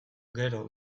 gero